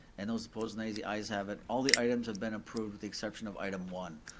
and those opposed nays, the ayes have it. all the items have been approved with the exception of item one.